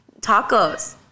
tacos